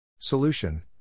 Solution